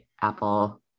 Apple